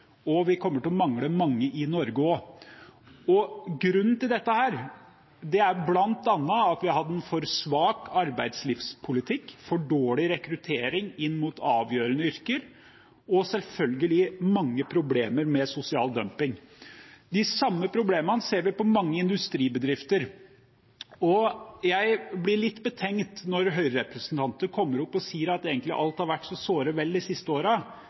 og vi kommer til å mangle mange i Norge også. Grunnen til dette er bl.a. at man har hatt en for svak arbeidslivspolitikk, for dårlig rekruttering inn mot avgjørende yrker, og selvfølgelig mange problemer med sosial dumping. De samme problemene ser vi i mange industribedrifter, og jeg blir litt betenkt når høyrerepresentanter kommer opp og sier at alt har vært såre vel de siste